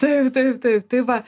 taip taip taip tai va